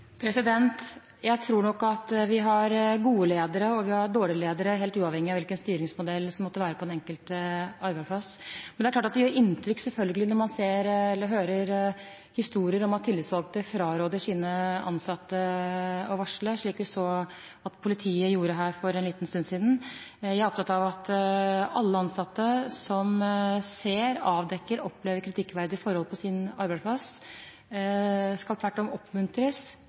Jeg tror nok at vi har gode ledere, og vi har dårlige ledere, helt uavhengig av hvilken styringsmodell som måtte være på den enkelte arbeidsplass. Men det gjør selvfølgelig inntrykk når man hører historier om at tillitsvalgte fraråder sine ansatte å varsle, slik vi så politiet gjorde for en stund siden. Jeg er opptatt av at alle ansatte som ser, avdekker og opplever kritikkverdige forhold på sin arbeidsplass, tvert om skal oppmuntres